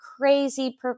crazy